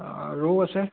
অঁ ৰৌ আছে